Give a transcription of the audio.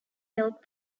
milk